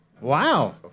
Wow